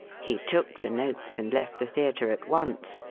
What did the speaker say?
he took the note and left the theatre at once,